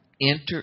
enter